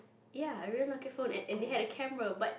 ya a real Nokia phone and they had a camera but